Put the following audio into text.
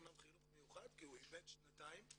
אמנם חינוך מיוחד כי הוא איבד שנתיים.